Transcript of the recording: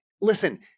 Listen